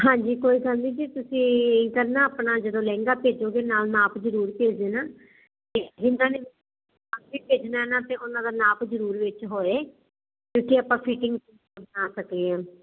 ਹਾਂਜੀ ਕੋਈ ਗੱਲ ਨਹੀਂ ਜੀ ਤੁਸੀਂ ਤਾਂ ਨਾ ਆਪਣਾ ਜਦੋਂ ਲਹਿੰਗਾ ਭੇਜੋਗੇ ਨਾਲ ਨਾਪ ਜਰੂਰ ਭੇਜ ਦੇਣਾ ਤੇ ਇਦਾਂ ਦੇ ਭੇਜਣਾ ਨਾ ਤੇ ਉਹਨਾਂ ਦਾ ਨਾਪ ਜਰੂਰ ਵਿੱਚ ਹੋਏ ਕਿਉਂਕਿ ਆਪਾਂ ਫਿਟਿੰਗ ਬਣਾ ਸਕੀਏ